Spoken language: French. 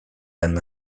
d’un